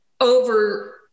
over